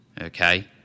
Okay